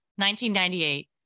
1998